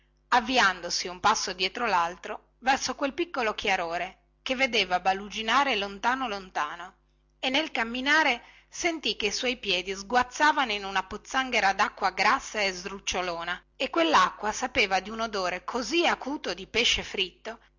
avviandosi un passo dietro laltro verso quel piccolo chiarore che vedeva baluginare lontano lontano e nel camminare sentì che i suoi piedi sguazzavano in una pozzanghera dacqua grassa e sdrucciolona e quellacqua sapeva di un odore così acuto di pesce fritto